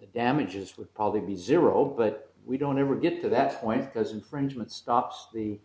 the damages would probably be zero but we don't ever get to that point because infringement stops the